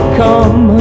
come